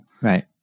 right